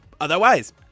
otherwise